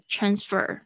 Transfer